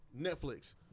Netflix